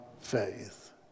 faith